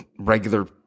Regular